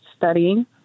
Studying